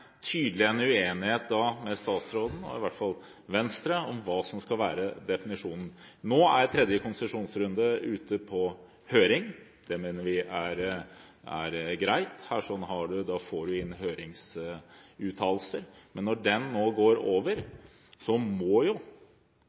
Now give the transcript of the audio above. uenighet med statsråden – i hvert fall med Venstre – om hva som skal være definisjonen. Nå er tredje konsesjonsrunde ute på høring. Det mener vi er greit, da får man inn høringsuttalelser. Men når den nå går over, må